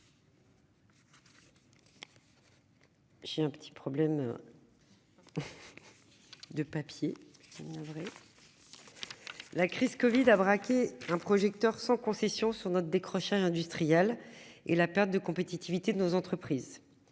J'ai un petit problème. De papier. C'est vrai. La crise Covid a braqué un projecteur sans concession sur notre décrochage industriel et la perte de compétitivité de nos entreprises.